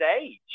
age